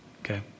Okay